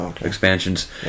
expansions